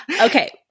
Okay